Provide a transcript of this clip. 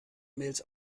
mails